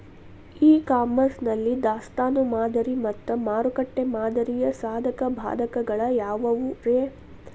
E commerce ನಲ್ಲಿ ದಾಸ್ತಾನು ಮಾದರಿ ಮತ್ತ ಮಾರುಕಟ್ಟೆ ಮಾದರಿಯ ಸಾಧಕ ಬಾಧಕಗಳ ಯಾವವುರೇ?